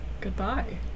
goodbye